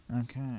Okay